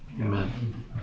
Amen